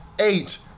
Eight